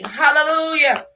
hallelujah